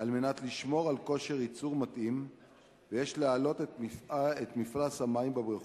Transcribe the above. על מנת לשמור על כושר ייצור מתאים יש להעלות את מפלס המים בבריכות,